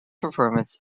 performance